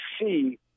see